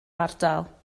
ardal